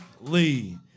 Lee